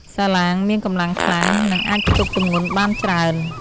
សាឡាងមានកម្លាំងខ្លាំង និងអាចផ្ទុកទម្ងន់បានច្រើន។